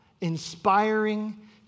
inspiring